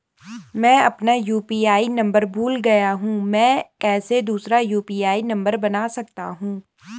मैं अपना UPI number भूल गया हूँ मैं कैसे दूसरा यु.पी.आई नम्बर बना सकता हूँ?